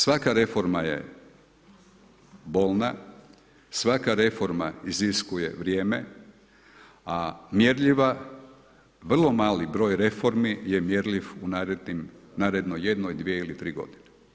Svaka reforma je bolna, svaka reforma iziskuje vrijeme a mjerljiva, vrlo mali broj reformi je mjerljiv u narednoj, jednoj, dvije ili tri godine.